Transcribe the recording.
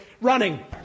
running